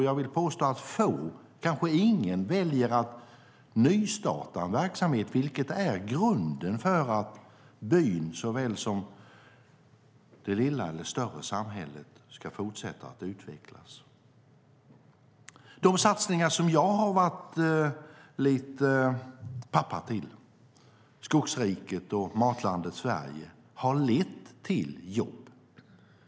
Jag vill påstå att få, kanske ingen, väljer att nystarta en verksamhet, vilket är grunden för att byn såväl som det lilla eller större samhället ska fortsätta att utvecklas. De satsningar som jag har varit pappa till, Skogsriket och Matlandet Sverige, har lett till jobb.